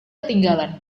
ketinggalan